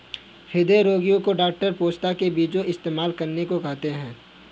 हृदय रोगीयो को डॉक्टर पोस्ता के बीजो इस्तेमाल करने को कहते है